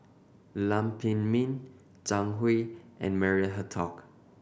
Lam Pin Min Zhang Hui and Maria Hertogh